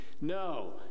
No